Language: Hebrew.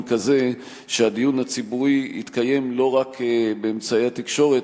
כזה שהדיון הציבורי יתקיים לא רק באמצעי התקשורת,